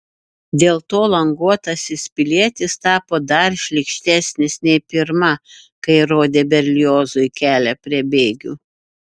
dėl to languotasis pilietis tapo dar šlykštesnis nei pirma kai rodė berliozui kelią prie bėgių